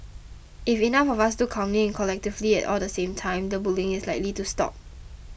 if enough of us do calmly and collectively all the same time the bullying is likely to stop